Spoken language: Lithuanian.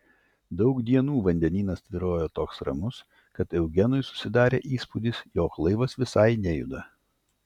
daug dienų vandenynas tvyrojo toks ramus kad eugenui susidarė įspūdis jog laivas visai nejuda